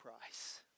price